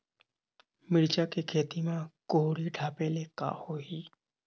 मिरचा के खेती म कुहड़ी ढापे ले का होही?